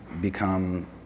become